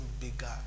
bigger